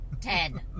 Ten